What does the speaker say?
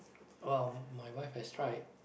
well my wife has tried